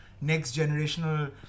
next-generational